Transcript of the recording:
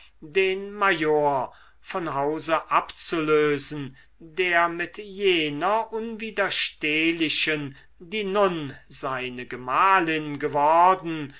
den major von hause abzulösen der mit jener unwiderstehlichen die nun seine gemahlin geworden